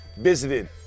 visited